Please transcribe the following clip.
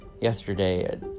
yesterday